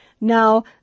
Now